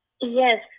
Yes